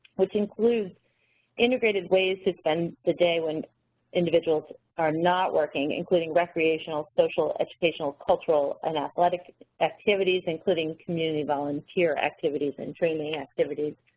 which includes integrated ways to spend the day when individuals are not working, including recreational, social, educational, cultural, and athletic activities including community volunteer activities and training activities.